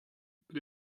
but